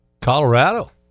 Colorado